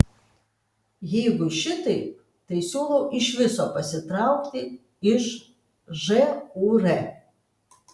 jeigu šitaip tai siūlau iš viso pasitraukti iš žūr